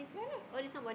no no